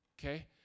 Okay